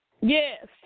Yes